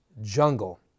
jungle